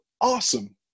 awesome